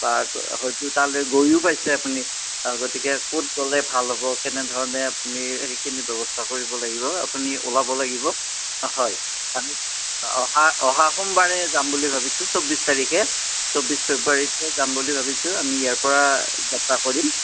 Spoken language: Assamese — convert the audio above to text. বা হয়তো তালৈ গৈয়ো পাইছে আপুনি অঁ গতিকে ক'ত গ'লে ভাল হ'ব কেনেধৰণে আপুনি সেইখিনি ব্যৱস্থা কৰিব লাগিব আপুনি ওলাব লাগিব হয় আমি অহা অহা সোমবাৰে যাম বুলি ভাবিছোঁ চৌবিছ তাৰিখে চৌবিছ ফেব্ৰুৱাৰীতে যাম বুলি ভাবিছোঁ আমি ইয়াৰপৰা যাত্ৰা কৰিম